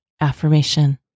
Affirmation